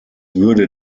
würde